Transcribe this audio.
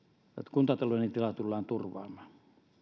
kuntatalouden tila tullaan turvaamaan